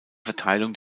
verteilung